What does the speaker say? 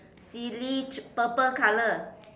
silly purple color